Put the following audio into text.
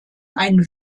ein